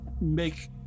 make